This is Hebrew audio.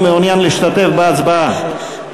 ומעוניין להשתתף בהצבעה?